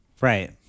Right